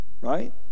Right